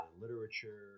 literature